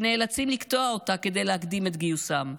שנאלצים לקטוע אותה כדי להקדים את גיוסם,